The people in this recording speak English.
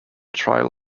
trial